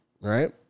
right